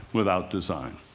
without design.